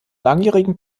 langjährigen